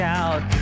out